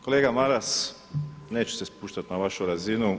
Kolega Maras, neću se spuštati na vašu razinu.